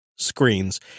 Screens